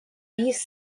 east